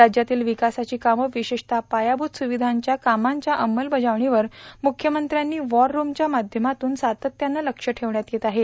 राज्यातील विकासांची कामं विशेषतः पायाभूत सुविधांच्या कामांच्या अंमलबजावणीवर मुख्यमंत्री वॉर रूमच्या माध्यमातून सातत्यानं लक्ष ठेवण्यात येत आहे